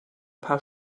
paar